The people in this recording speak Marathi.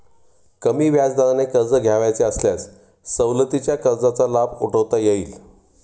कमी व्याजदराने कर्ज घ्यावयाचे असल्यास सवलतीच्या कर्जाचा लाभ उठवता येईल